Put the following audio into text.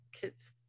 kids